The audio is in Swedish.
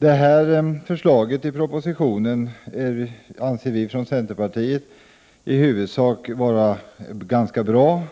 Herr talman! Förslaget i propositionen anser vi från centerpartiet i huvudsak vara ganska bra.